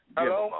Hello